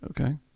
Okay